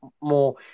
more